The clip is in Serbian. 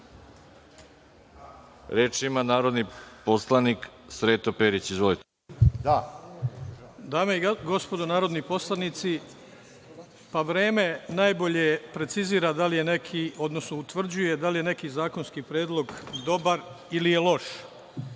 reč? Reč ima narodni poslanik Sreto Perić. Izvolite. **Sreto Perić** Dame i gospodo narodni poslanici, pa vreme najbolje precizira da li je neki, odnosno utvrđuje da li je neki zakonski predlog dobar, ili je loš.